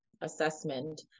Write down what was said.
assessment